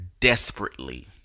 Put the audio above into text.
desperately